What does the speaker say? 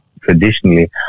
traditionally